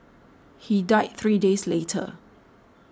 he died three days later